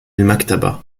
المكتبة